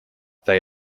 they